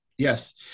Yes